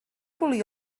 volia